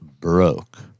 broke